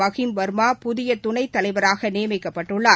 மகிம் வர்மா புதிய துணைத் தலைவராக நியமிக்கப்பட்டுள்ளார்